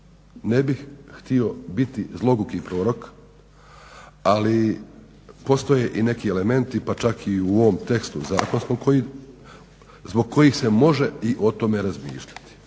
Ne bih htio biti zloguki prorok, ali postoje i neki elementi pa čak i u ovom tekstu zakonskom zbog kojih se može i o tome razmišljati.